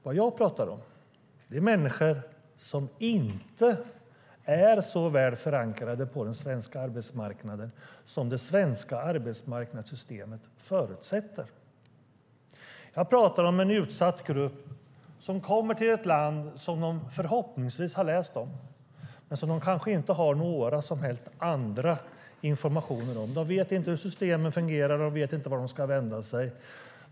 Vad jag talar om är människor som inte är så väl förankrade på den svenska arbetsmarknaden som det svenska arbetsmarknadssystemet förutsätter. Jag talar om en utsatt grupp människor som kommer till ett land som de förhoppningsvis har läst om men som de kanske inte har några som helst andra informationer om. De vet inte hur systemen fungerar, och det vet inte vart de ska vända sig.